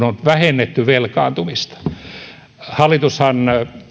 on vähennetty velkaantumista hallitushan